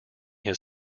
his